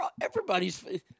Everybody's